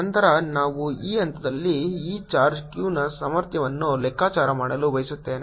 ನಂತರ ನಾವು ಈ ಹಂತದಲ್ಲಿ ಈ ಚಾರ್ಜ್ q ನ ಸಾಮರ್ಥ್ಯವನ್ನು ಲೆಕ್ಕಾಚಾರ ಮಾಡಲು ಬಯಸುತ್ತೇವೆ